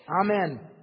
Amen